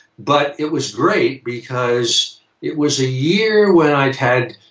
but it was great because it was a year when i'd had